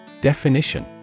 Definition